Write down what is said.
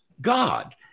God